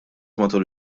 matul